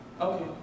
Okay